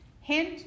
Hint